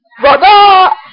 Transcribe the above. brother